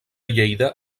lleida